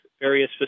various